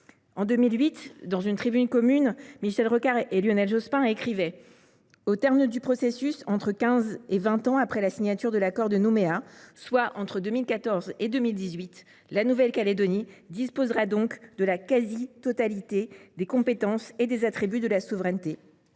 En 2008, dans une tribune commune, Michel Rocard et Lionel Jospin écrivaient :« Au terme du processus, entre quinze et vingt ans après la signature de l’accord de Nouméa, soit entre 2014 et 2018, la Nouvelle Calédonie disposera donc de la quasi totalité des compétences et des attributs de la souveraineté,